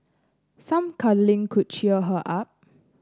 some cuddling could cheer her up